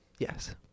Yes